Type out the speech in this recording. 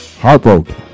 Heartbroken